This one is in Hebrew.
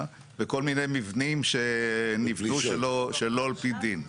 וכל מיני מבנים שניבנו שלא על פי דין.